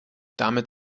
damit